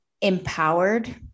empowered